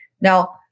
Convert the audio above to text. Now